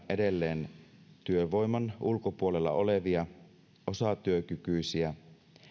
edelleen työvoiman ulkopuolella olevia osatyökykyisiä